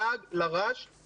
ה-16 בנובמבר 2020,